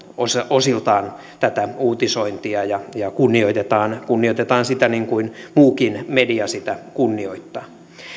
osiltaan uutisointia ja kunnioitetaan kunnioitetaan sitä niin kuin muukin media sitä kunnioittaa